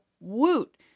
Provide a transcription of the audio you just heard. woot